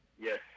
Yes